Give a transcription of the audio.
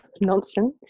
nonsense